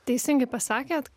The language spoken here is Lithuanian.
teisingai pasakėt